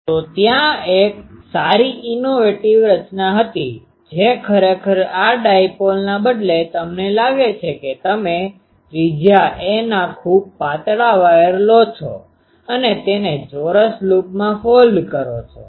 તો ત્યાં એક સારી ઇનોવેટીવ innovativeનવીન રચના હતી જે ખરેખર આ ડાઈપોલના બદલે તમને લાગે છે કે તમે ત્રિજ્યા a ના ખૂબ પાતળા વાયર લો છો અને તેને ચોરસ લૂપમાં ફોલ્ડ કરો છો